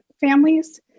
families